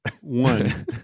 One